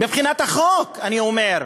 מבחינת החוק, אני אומר,